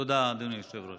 תודה, אדוני היושב-ראש.